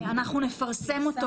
אנחנו נפרסם אותו